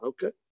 Okay